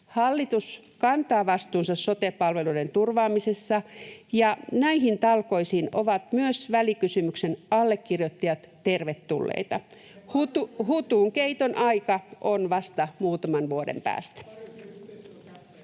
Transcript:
Hallitus kantaa vastuunsa sote-palveluiden turvaamisessa, ja näihin talkoisiin ovat myös välikysymyksen allekirjoittajat tervetulleita. [Antti Kurvinen: Me tarjosimme yhteistyön